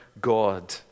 God